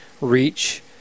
reach